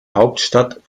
hauptstadt